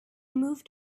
moved